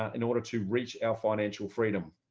and in order to reach our financial freedom.